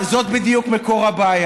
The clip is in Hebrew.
הפיכה,